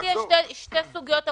ומבחינתי, יש שתי סוגיות אקוטיות,